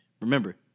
Remember